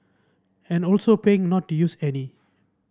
and also paying not to use any